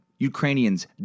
Ukrainians